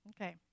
Okay